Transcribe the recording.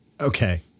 Okay